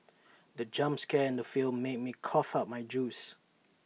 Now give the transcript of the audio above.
the jump scare in the film made me cough out my juice